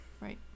Right